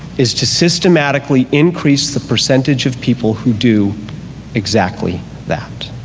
is to systematically increase the percentage of people who do exactly that.